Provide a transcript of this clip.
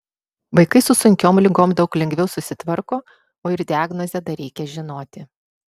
vaikai su sunkiom ligom daug lengviau susitvarko o ir diagnozę dar reikia žinoti